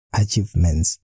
achievements